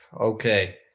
Okay